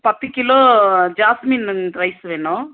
பத்து kilo jasmine rice வேணும்